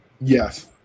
Yes